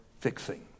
fixing